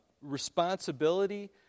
responsibility